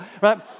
right